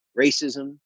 Racism